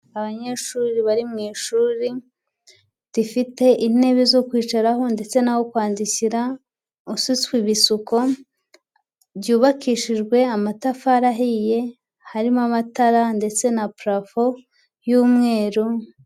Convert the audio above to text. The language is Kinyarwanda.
Abanyeshuri bari mu ishuri rifite intebe zo kwicaraho ndetse naho kwandikira, ususwa ibisuko byubakishijwe amatafari ahiye, harimo amatara ndetse na parafo y'umweru.